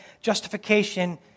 justification